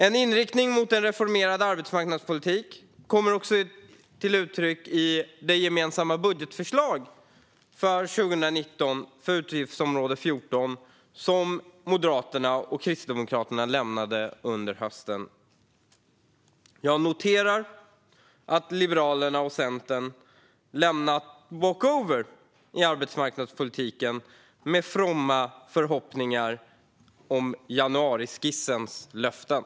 En inriktning mot en reformerad arbetsmarknadspolitik kommer också till uttryck i det gemensamma budgetförslag för 2019 för utgiftsområde 14 som Moderaterna och Kristdemokraterna lämnade under hösten. Jag noterar att Liberalerna och Centern lämnat walkover i arbetsmarknadspolitiken med fromma förhoppningar om januariskissens löften.